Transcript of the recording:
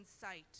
sight